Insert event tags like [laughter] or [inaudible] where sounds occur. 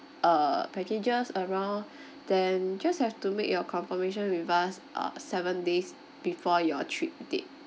err packages around [breath] then just have to make your confirmation with us uh seven days before your trip date